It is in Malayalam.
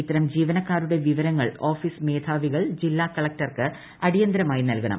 ഇത്തരം ജീവനക്കാരുടെ വിവരങ്ങൾ ഓഫീസ് മേധാവികൾ ജില്ലാ കളക്ടർക്ക് അടിയന്തിരമായി നൽകണം